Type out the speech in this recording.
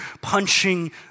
punching